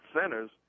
centers